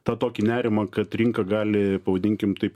tą tokį nerimą kad rinka gali pavadinkim taip